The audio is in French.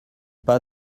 pas